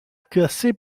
classer